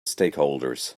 stakeholders